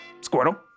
Squirtle